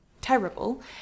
terrible